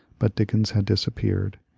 but dickens had disappeared,